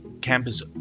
Campus